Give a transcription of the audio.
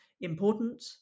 important